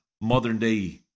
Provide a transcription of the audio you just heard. modern-day